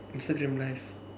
Instagram live